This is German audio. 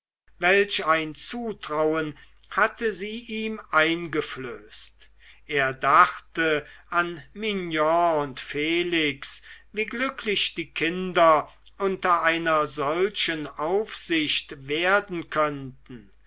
welch ein zutrauen hatte sie ihm eingeflößt er dachte an mignon und felix wie glücklich die kinder unter einer solchen aufsicht werden könnten